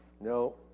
no